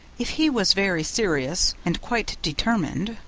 if he was very serious and quite determined,